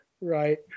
Right